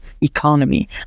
economy